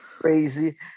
Crazy